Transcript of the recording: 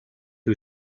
who